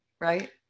Right